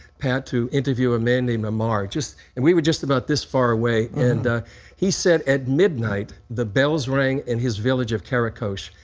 pat, to interview a man named amar. and we were just about this far away. and he said at midnight, the bells rang in his village of kurokosh.